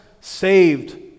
saved